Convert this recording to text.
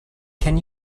can